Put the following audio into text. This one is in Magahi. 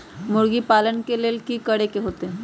मुर्गी पालन ले कि करे के होतै?